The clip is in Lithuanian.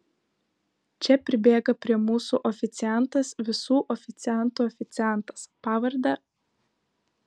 čia pribėga prie mūsų oficiantas visų oficiantų oficiantas pavarde